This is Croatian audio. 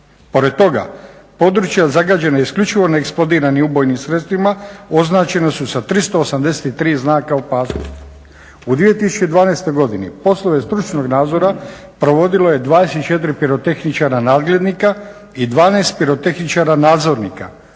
Pored toga područja zagađena isključivo neeksplodiranim ubojnim sredstvima označena su sa 383 znaka opasnosti. U 2012. godini poslove stručnog nadzora provodilo je 24 pirotehničara nadglednika i 12 pirotehničara nadzornika.